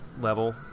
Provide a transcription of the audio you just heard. level